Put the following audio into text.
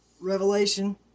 Revelation